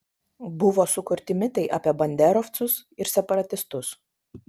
buvo sukurti mitai apie banderovcus ir separatistus